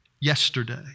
yesterday